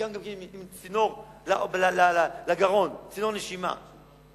חלקם באים עם צינור לגרון, צינור נשימה לגרון.